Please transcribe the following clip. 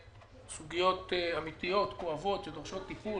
סוגיות אמיתיות וכואבות שדורשות טיפול,